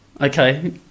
Okay